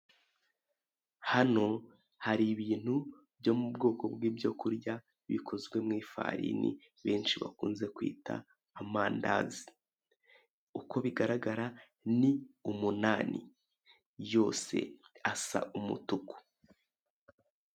Hano hari ibintu byo mu bwoko bw'ibyo kurya bikozwe mu ifarini benshi bakunze kwita amandazi uko bigaragara ni umunani yose asa umutuku.